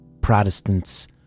Protestants